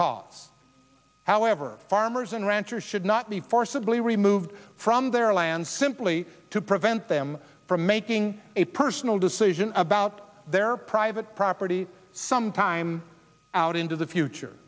cause however farmers and ranchers should not be forcibly removed from their land simply to prevent them from making a personal decision about their private property some time out into the future